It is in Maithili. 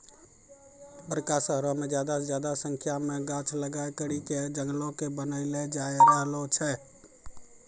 बड़का शहरो मे ज्यादा से ज्यादा संख्या मे गाछ लगाय करि के जंगलो के बनैलो जाय रहलो छै